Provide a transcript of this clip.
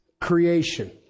creation